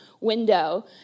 window